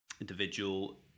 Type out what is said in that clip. individual